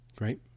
Right